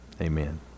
Amen